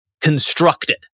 constructed